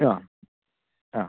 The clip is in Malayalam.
ആ ആ